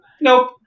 Nope